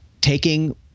taking